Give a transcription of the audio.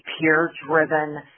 peer-driven